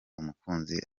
umukunzi